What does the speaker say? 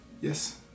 yes